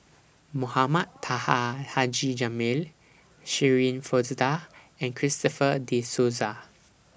Mohamed Taha Haji Jamil Shirin Fozdar and Christopher De Souza